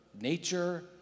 nature